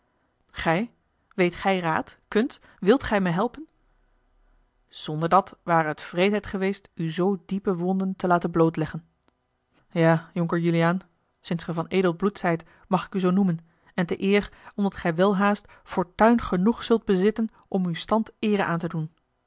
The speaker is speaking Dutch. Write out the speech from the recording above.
gij weet gij raad kunt wilt gij mij helpen zonder dat ware het wreedheid geweest u zoo diepe wonden te laten blootleggen ja jonker juliaan sinds ge van edel bloed zijt mag ik u zoo noemen en te eer omdat gij welhaast fortuin genoeg zult bezitten om uw stand eere aan te doen